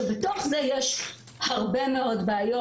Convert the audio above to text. בתוך זה יש הרבה מאוד בעיות,